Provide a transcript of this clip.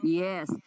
yes